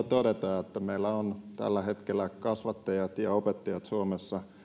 todeta että meillä suomessa on tällä hetkellä kasvattajat ja opettajat